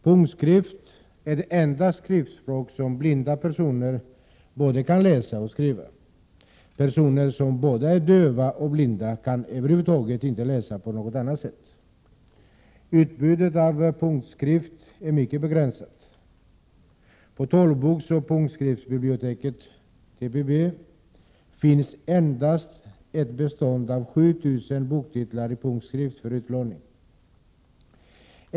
Punktskrift är det enda skriftspråk som blinda personer kan såväl läsa som skriva. Personer som är både döva och blinda kan över huvud taget inte läsa på något annat sätt. Utbudet av punktskrift är mycket begränsat. På Talboksoch punktskriftsbiblioteket, TPB, finns endast ett bestånd av 7 000 boktitlar i punktskrift för utlåning.